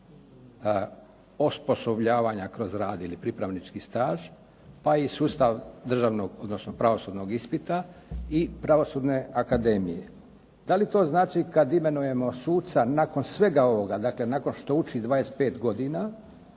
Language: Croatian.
osposobljavanja kroz rad ili pripravnički staž pa i sustav državnog, odnosno pravosudnog ispita i pravosudne akademije. Da li to znači kad imenujemo suca nakon svega ovoga, dakle nakon što uči 25 godina